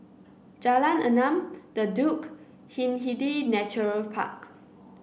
Jalan Enam The Duke Hindhede Nature Park